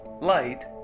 light